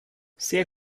sehr